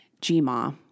G-Ma